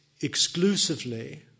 exclusively